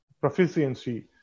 proficiency